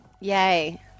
Yay